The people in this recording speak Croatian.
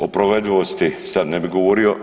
O provedivosti sada ne bih govorio.